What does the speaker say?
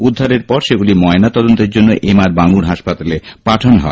উদ্ধারের পর সেগুলি ময়নাতদন্তের জন্য এমআরবাঙর হাসপাতালে পাঠানো হয়